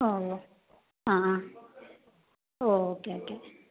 ഓ ഓ ആ ആ ഓക്കേ ഓക്കേ